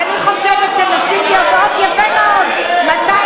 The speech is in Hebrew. ואני חושבת שנשים יודעות יפה מאוד מתי